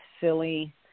silly